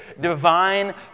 divine